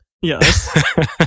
Yes